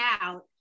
out